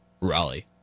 Raleigh